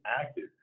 active